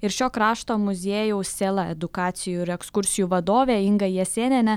ir šio krašto muziejaus sėla edukacijų ir ekskursijų vadovė inga jasėnienė